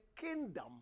kingdom